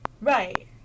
Right